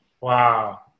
Wow